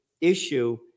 issue